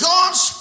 God's